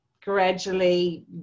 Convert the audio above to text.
gradually